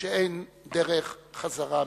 שאין ממנה דרך חזרה,